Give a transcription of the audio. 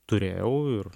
turėjau ir